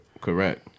Correct